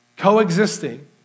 coexisting